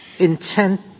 Intent